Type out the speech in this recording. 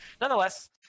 nonetheless